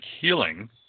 Healing